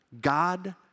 God